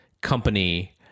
company